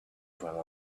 for